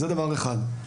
זה דבר אחד.